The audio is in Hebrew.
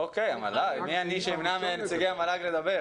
אוקיי, מי אני שאמנע מנציגי המל"ג לדבר?